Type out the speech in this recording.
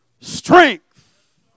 strength